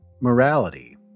morality